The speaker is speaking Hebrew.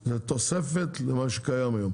זו תוספת למה שקיים היום.